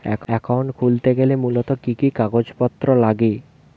Account খুলতে গেলে মূলত কি কি কাগজপত্র লাগে?